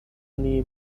oni